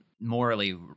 morally